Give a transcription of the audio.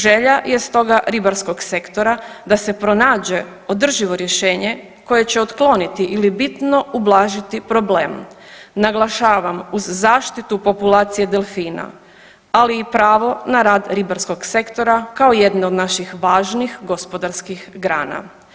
Želja je stoga ribarskog sektora da se pronađe održivo rješenje koje će otkloniti ili bino ublažiti problem, naglašavam uz zaštitu populacije delfina, ali i pravo na rad ribarskog sektora kao jedne od naših važnih gospodarskih grana.